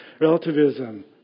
relativism